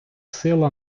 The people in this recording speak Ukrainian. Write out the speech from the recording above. сила